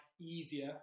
easier